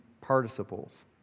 participles